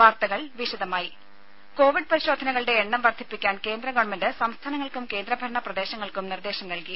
വാർത്തകൾ വിശദമായി കോവിഡ് പരിശോധനകളുടെ എണ്ണം വർദ്ധിപ്പിക്കാൻ കേന്ദ്ര ഗവൺമെന്റ് സംസ്ഥാനങ്ങൾക്കും കേന്ദ്രഭരണ പ്രദേശങ്ങൾക്കും നിർദ്ദേശം നൽകി